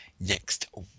next